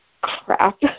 crap